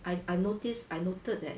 I I notice I noted that